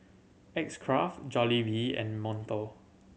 X Craft Jollibee and Monto